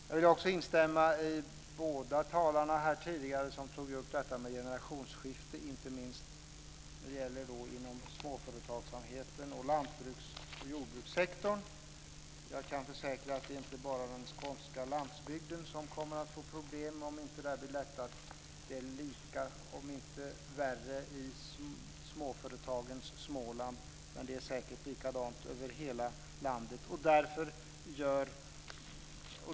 Jag vill också instämma med båda de föregående talarna som tog upp detta med generationsskifte, inte minst inom småföretagsamheten och jordbrukssektorn. Jag kan försäkra att det inte bara är den skånska landsbygden som kommer att få problem om inte det här förbättras. Det är lika illa om inte värre i småföretagens Småland. Det är säkert likadant över hela landet.